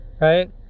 Right